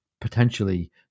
Potentially